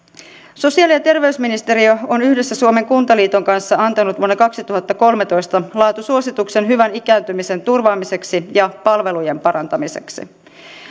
sosiaali ja terveysministeriö on yhdessä suomen kuntaliiton kanssa antanut vuonna kaksituhattakolmetoista laatusuosituksen hyvän ikääntymisen turvaamiseksi ja palvelujen parantamiseksi